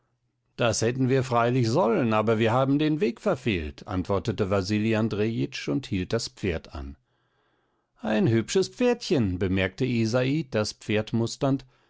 das hätten wir freilich sollen aber wir haben den weg verfehlt antwortete wasili andrejitsch und hielt das pferd an ein hübsches pferdchen bemerkte isai das pferd musternd